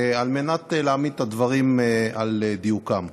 על מנת להעמיד דברים על דיוקם.